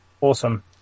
Awesome